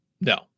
No